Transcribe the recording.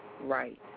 right